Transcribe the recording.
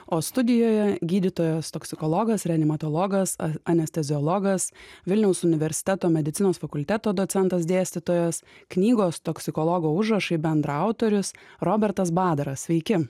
o studijoje gydytojas toksikologas reanimatologas anesteziologas vilniaus universiteto medicinos fakulteto docentas dėstytojas knygos toksikologo užrašai bendraautorius robertas badaras sveiki